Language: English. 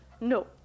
no